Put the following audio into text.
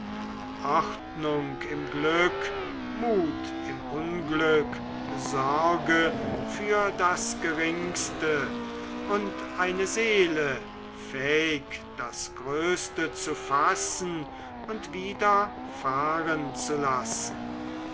ordnung im glück mut im unglück sorge für das geringste und eine seele fähig das größte zu fassen und wieder fahren zu lassen